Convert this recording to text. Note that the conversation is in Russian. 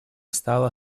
стало